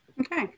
Okay